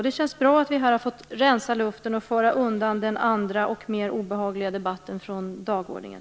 Det känns bra att vi här har fått rensa luften och föra undan den andra och mer obehagliga debatten från dagordningen.